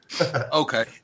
Okay